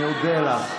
אני מודה לך.